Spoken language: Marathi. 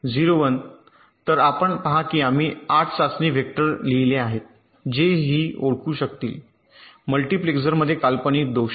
तर आपण पहा की आम्ही हे 8 चाचणी वेक्टर लिहिले आहेत जे ही ओळखू शकतील मल्टीप्लेसरमध्ये काल्पनिक दोष